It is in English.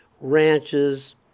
Ranches